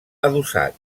adossat